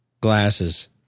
glasses